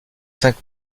cinq